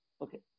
Okay